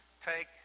take